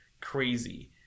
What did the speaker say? crazy